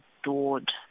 adored